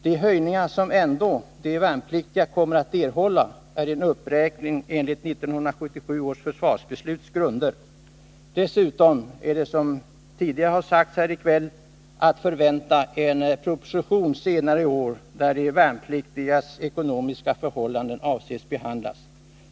De höjningar som de värnpliktiga ändå kommer att erhålla är en uppräkning enligt 1977 års försvarsbesluts grunder. Dessutom är det, som har sagts tidigare här i kväll, att senare i år förvänta en proposition, där de värnpliktigas ekonomiska förhållanden avses bli behandlade.